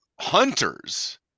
hunters